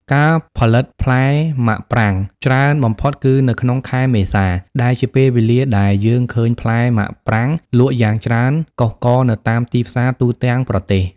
ការផលិតផ្លែមាក់ប្រាងច្រើនបំផុតគឺនៅក្នុងខែមេសា ដែលជាពេលវេលាដែលយើងឃើញផ្លែមាក់ប្រាងលក់យ៉ាងច្រើនកុះករនៅតាមទីផ្សារទូទាំងប្រទេស។